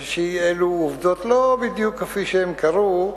יש אי-אלה עובדות, לא בדיוק כפי שהן קרו,